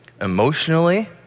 emotionally